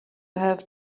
have